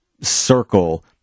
circle